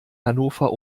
hannover